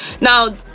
now